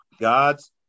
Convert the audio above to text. god's